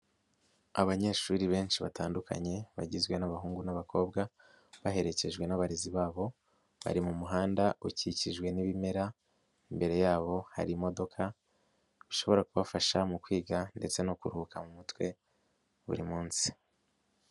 Abanyeshuri benshi batandukanye, bagizwe n'abahungu n'abakobwa, baherekejwe n'abarezi babo, bari mu muhanda ukikijwe n'ibimera, imbere yabo hari imodoka, ishobora kubafasha mu kwiga ndetse no kuruhuka mu mutwe buri munsi.